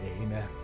Amen